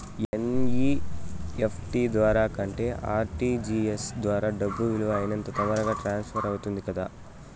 NEFT ద్వారా కంటే RTGS ద్వారా డబ్బు వీలు అయినంత తొందరగా ట్రాన్స్ఫర్ అవుతుంది కదా